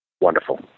Wonderful